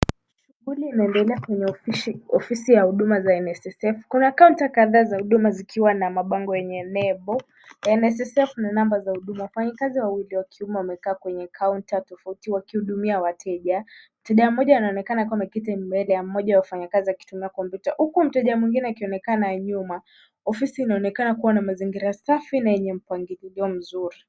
Shughuli inaendelea kwenye ofisi ya huduma za NSSF. Kuna kaunta kadhaa za huduma zikiwa na mabango yenye nembo NSSF na number za huduma. Wafanyakazi wawili wakiume wamekaa kwenye kaunta tofauti wakihudumia wateja. Mteja mmoja anaonekana akiwa ameketi mbele ya wafanyakazi akitumia kompyuta huku mteja mwingine akionekana nyuma. Ofisi inaonekana kuwa na mazingira safi na yenye mpangilio mzuri.